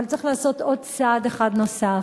אבל צריך לעשות עוד צעד אחד נוסף,